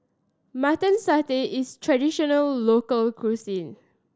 Mutton Satay is traditional local cuisine